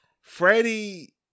Freddie